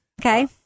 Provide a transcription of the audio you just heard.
okay